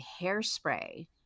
Hairspray